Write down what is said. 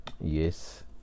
Yes